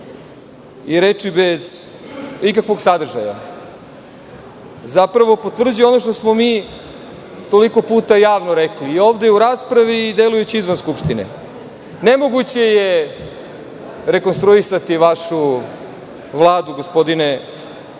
i reči bez ikakvog sadržaja, zapravo potvrđuje ono što smo mi toliko puta javno rekli i ovde u raspravi i delujući izvan Skupštine. Nemoguće je rekonstruisati vašu Vladu, gospodine